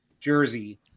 jersey